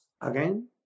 again